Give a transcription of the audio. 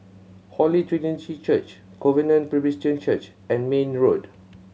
Holy Trinity Church Covenant Presbyterian Church and Mayne Road